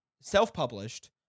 self-published